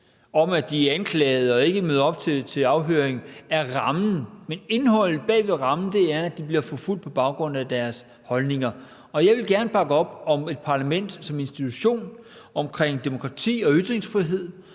om, at de er anklaget og ikke møder op til afhøring, er rammen, men indholdet bag ved rammen er, at de bliver forfulgt på baggrund af deres holdninger. Jeg vil gerne bakke op om et parlament som institution, omkring demokrati og ytringsfrihed,